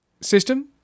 system